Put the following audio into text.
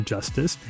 Justice